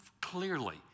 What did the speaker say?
clearly